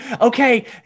okay